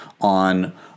on